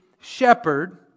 shepherd